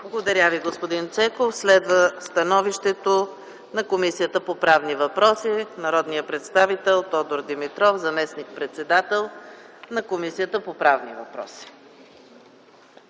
Благодаря Ви, господин Цеков. Следва становището на Комисията по правни въпроси, с което ще ни запознае народният представител Тодор Димитров - заместник-председател на Комисията по правни въпроси.